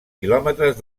quilòmetres